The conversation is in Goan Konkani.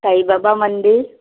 साईबाबा मंदीर